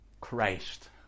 Christ